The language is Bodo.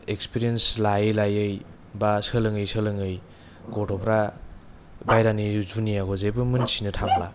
एक्सपिरियेन्स लायै लायै बा सोलोङै सोलोङै गथ'फ्रा बाहेरानि जुनियावबो जेबो मोन्थिनो थांला